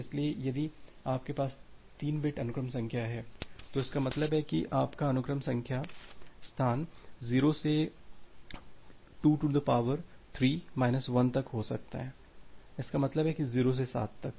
इसलिए यदि आपके पास 3 बिट अनुक्रम संख्या है तो इसका मतलब है कि आपका अनुक्रम संख्या स्थान 0 से 23 1 तक हो सकता है इसका मतलब है कि 0 से 7 तक